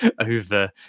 over